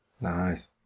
Nice